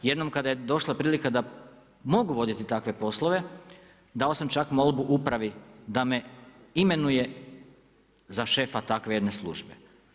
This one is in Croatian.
Jednom kad je došla prilika da mogu voditi takve poslove, dao sam čak molbu upravi da me imenuje za šefa jedne takve službe.